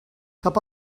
cap